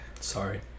sorry